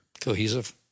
Cohesive